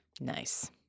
Nice